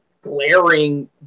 glaring